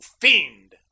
fiend